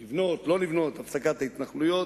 לבנות, לא לבנות, הפסקת ההתנחלויות.